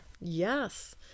yes